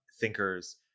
thinkers